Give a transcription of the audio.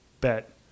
bet